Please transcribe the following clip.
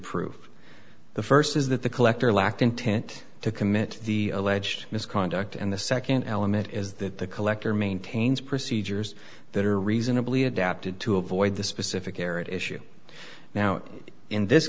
prove the first is that the collector lacked intent to commit the alleged misconduct and the second element is that the collector maintains procedures that are reasonably adapted to avoid the specific error at issue now in this